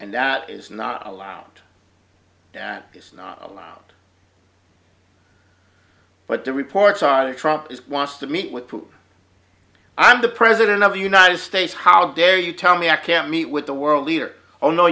and that is not allowed that is not allowed but the reports are that trump is wants to meet with i'm the president of the united states how dare you tell me i can't meet with the world leader oh no